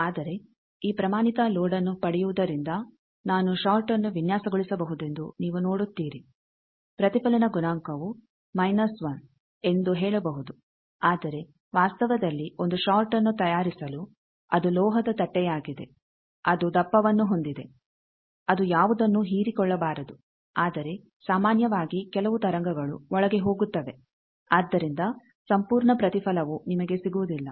ಆದರೆ ಈ ಪ್ರಮಾಣಿತ ಲೋಡ್ಅನ್ನು ಪಡೆಯುವುದರಿಂದ ನಾನು ಷಾರ್ಟ್ನ್ನು ವಿನ್ಯಾಸಗೊಳಿಸಬಹುದೆಂದು ನೀವು ನೋಡುತ್ತೀರಿ ಪ್ರತಿಫಲನ ಗುಣಾಂಕವು ಮೈನಸ್ 1 ಎಂದು ಹೇಳಬಹುದು ಆದರೆ ವಾಸ್ತವದಲ್ಲಿ ಒಂದು ಷಾರ್ಟ್ಅನ್ನು ತಯಾರಿಸಲು ಅದು ಲೋಹದ ತಟ್ಟೆಯಾಗಿದೆ ಅದು ದಪ್ಪವನ್ನು ಹೊಂದಿದೆ ಅದು ಯಾವುದನ್ನೂ ಹೀರಿಕೊಳ್ಳಬಾರದು ಆದರೆ ಸಾಮಾನ್ಯವಾಗಿ ಕೆಲವು ತರಂಗಗಳು ಒಳಗೆ ಹೋಗುತ್ತವೆ ಆದ್ದರಿಂದ ಸಂಪೂರ್ಣ ಪ್ರತಿಫಲನವು ನಿಮಗೆ ಸಿಗುವುದಿಲ್ಲ